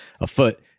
afoot